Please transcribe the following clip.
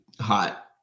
hot